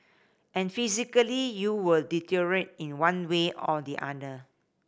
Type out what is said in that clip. and physically you will deteriorate in one way or the other